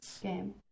game